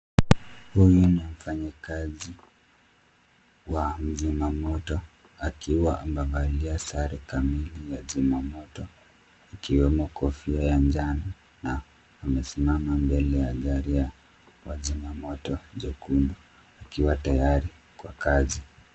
Huyu ni mfanyikazi wa mzimamoto akiwa amevalia sare kamili ya zimamoto ikiwemo kofia ya njano na amesimama mbele ya gari ya wazimamoto jekundu akiwa tayari kwa kazi.